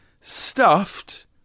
stuffed